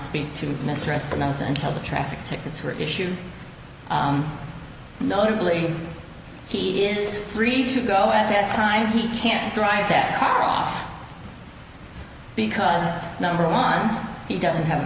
speak to mr response until the traffic tickets were issued notably he is free to go at that time he can't drive that car off because number one he doesn't have a